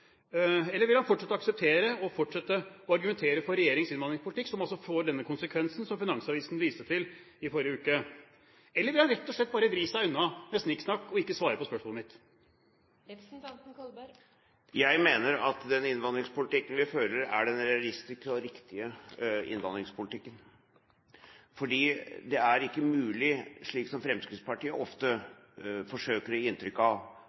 eller vil han fortsette å akseptere, og fortsette å argumentere for, regjeringens innvandringspolitikk, som altså får denne konsekvensen som Finansavisen viste til i forrige uke. Eller vil han rett og slett bare vri seg unna med snikksnakk og ikke svare på spørsmålet mitt? Jeg mener at den innvandringspolitikken vi fører, er den realistiske og riktige innvandringspolitikken. For det er ikke mulig, slik Fremskrittspartiet ofte forsøker å gi inntrykk av,